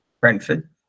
brentford